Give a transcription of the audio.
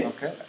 Okay